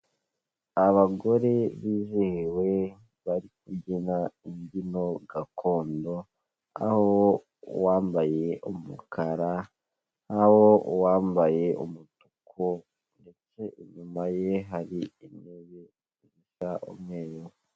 Abagore bizihiwe bari kuba imbyino gakondo, aho uwambaye umukara naho uwambaye umutuku ndetse inyuma ye hari intebe zisa umweru.